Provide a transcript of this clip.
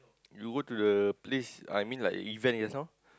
you go to the place I mean like event just now